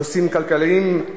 נושאים כלכליים.